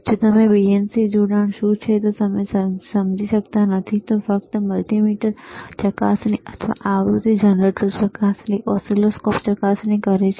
જો તમે BNC જોડામ શું છે તે સમજી શકતા નથી તો ફક્ત મલ્ટિમીટર ચકાસણી અથવા આવૃતિ જનરેટર ચકાસણી ઓસિલોસ્કોપ ચકાસણી કરે છે